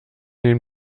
den